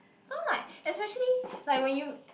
so like especially like when you